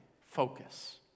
focus